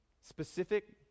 specific